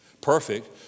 Perfect